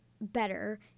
better